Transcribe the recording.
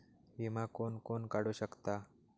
विमा कोण कोण काढू शकता?